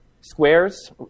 squares